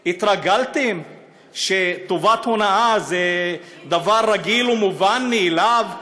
התרגלתם שטובת הנאה זה דבר רגיל ומובן מאליו,